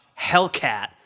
Hellcat